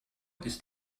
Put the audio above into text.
ist